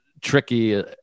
tricky